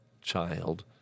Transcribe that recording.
child